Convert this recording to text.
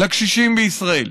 לקשישים בישראל.